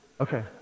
Okay